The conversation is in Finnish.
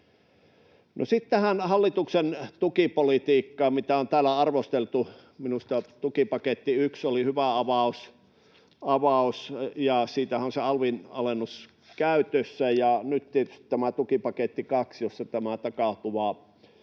sitten tähän hallituksen tukipolitiikkaan, mitä on täällä arvosteltu. Minusta tukipaketti 1 oli hyvä avaus, ja siitähän on se alvin alennus käytössä. Nyt tietysti tämä tukipaketti 2, jossa tämä takautuva